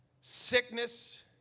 sickness